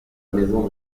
maison